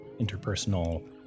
interpersonal